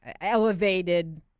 elevated